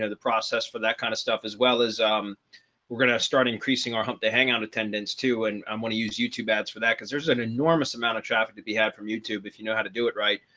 the process for that kind of stuff, as well as we're going to start increasing our hump day hangout attendance to and i um want to use youtube ads for that, because there's an enormous amount of traffic to be had from youtube, if you know how to do it, right.